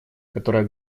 которая